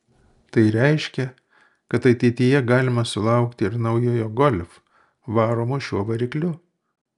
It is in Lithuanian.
tai reiškia kad ateityje galima sulaukti ir naujojo golf varomo šiuo varikliu